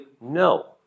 no